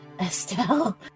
Estelle